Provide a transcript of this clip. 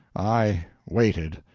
i waited.